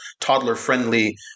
toddler-friendly